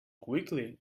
quickly